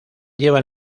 lleva